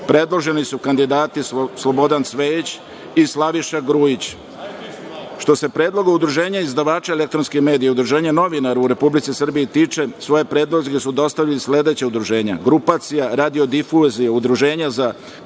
Predloženi su kandidati Slobodan Cvejić i Slaviša Grujić. Što se predloga Udruženja izdavača elektronskih medija, Udruženja novinara u Republici Srbiji tiče, svoje predloge su dostavili sledeća udruženja: Grupacija radio-difuzije, Udruženje za